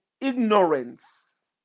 ignorance